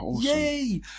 Yay